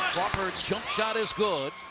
crawford, jump shot is good.